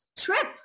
Trip